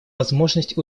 возможность